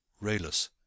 rayless